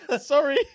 Sorry